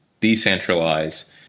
decentralize